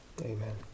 Amen